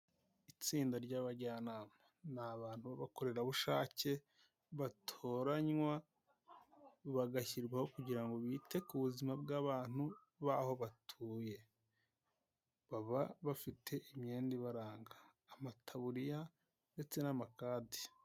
Itsinda ry'abajyanama, ni abantu b'abakorerabushake batoranywa bagashyirwaho kugira ngo bite ku buzima bw'abantu b'aho batuye. Baba bafite imyenda ibaranga, amataburiya ndetse n'amakadi.